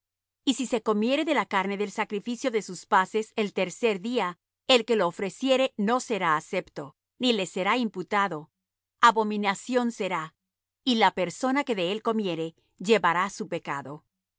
y si se comiere de la carne del sacrificio de sus paces el tercer día el que lo ofreciere no será acepto ni le será imputado abominación será y la persona que de él comiere llevará su pecado